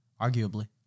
arguably